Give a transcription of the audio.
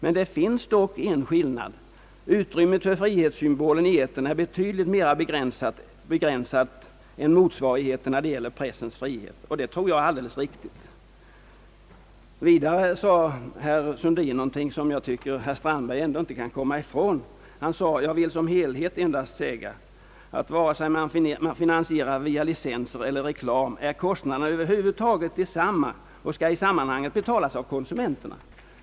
Men det finns dock en skillnad: Utrymmet för frihetens symbol i etern är betydligt mer begränsat än motsvarande när det gäller pressens frihet — och det tror jag är alldeles riktigt. Vidare gjorde herr Sundin ett uttalande, som jag tycker att herr Strandberg ändå inte kan gå förbi, nämligen att vare sig man finansierar verksamheten via licenser eller via reklam, är kostnaderna över huvud taget desamma, och de skall betalas av konsumenterna.